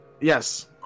Yes